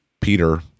Peter